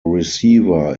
receiver